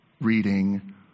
reading